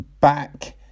back